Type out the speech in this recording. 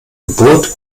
geburt